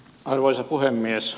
arvoisa puhemies